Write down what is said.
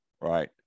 right